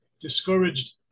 discouraged